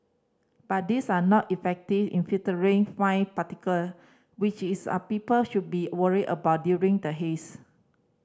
but these are not effective in filtering fine particle which is are people should be worried about during the haze